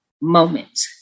moment